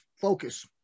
focus